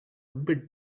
bit